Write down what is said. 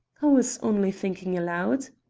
i was only thinking aloud,